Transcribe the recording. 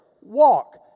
walk